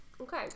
Okay